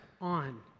on